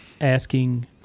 asking